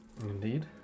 indeed